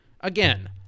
Again